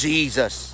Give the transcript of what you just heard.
Jesus